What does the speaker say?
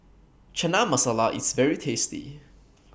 Chana Masala IS very tasty